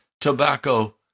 tobacco